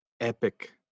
epic